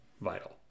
vital